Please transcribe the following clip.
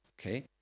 Okay